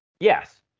Yes